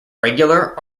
regular